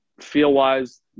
Feel-wise